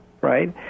right